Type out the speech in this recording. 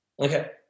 Okay